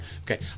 Okay